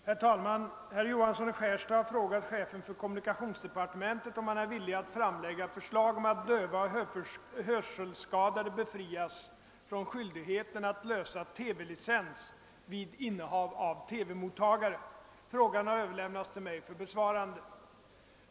Herr talman! Herr Johansson i Skärstad har frågat chefen för kommunikationsdepartementet om han är villig att framlägga förslag om att döva och hörselskadade befrias från skyldigheten att lösa TV-licens vid innehav av TV-mottagare. Frågan har överlämnats till mig för besvarande.